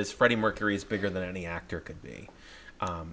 is freddie mercury is bigger than any actor could be